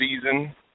season